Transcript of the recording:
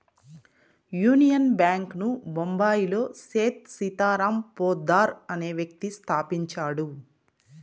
union Bank ను బొంబాయిలో సేథ్ సీతారాం పోద్దార్ అనే వ్యక్తి స్థాపించాడు